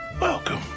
Welcome